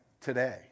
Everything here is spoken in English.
today